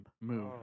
Move